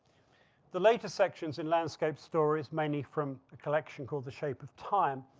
the latest sections in landscape stories, mainly from collection called the shape of time,